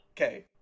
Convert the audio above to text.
Okay